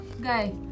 Guy